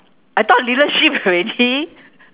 I thought leadership already